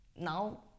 now